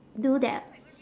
do that